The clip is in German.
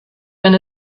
wenn